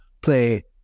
play